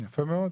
יפה מאוד.